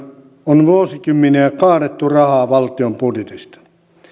on vuosikymmeniä kaadettu rahaa valtion budjetista